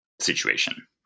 situation